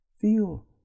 feel